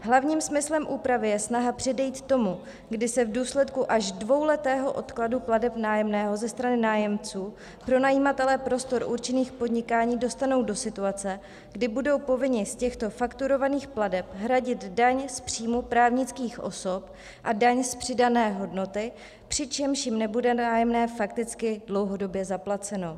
Hlavním smyslem úpravy je snaha předejít tomu, kdy se v důsledku až dvouletého odkladu plateb nájemného ze strany nájemců pronajímatelé prostor určených k podnikání dostanou do situace, kdy budou povinni z těchto fakturovaných plateb hradit daň z příjmů právnických osob a daň z přidané hodnoty, přičemž jim nebude nájemné fakticky dlouhodobě zaplaceno.